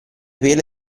pelo